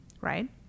right